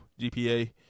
GPA